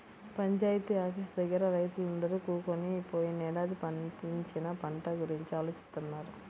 panchayat office దగ్గర రైతులందరూ కూకొని పోయినేడాది పండించిన పంట గురించి ఆలోచిత్తన్నారు